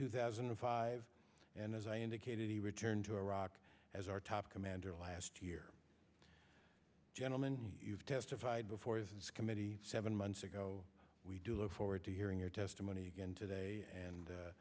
two thousand and five and as i indicated he returned to iraq as our top commander last year gentlemen you've testified before this committee seven months ago we do look forward to hearing your testimony again today and